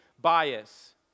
bias